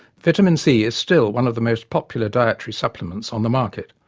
vitamin c is still one of the most popular dietary supplements on the market,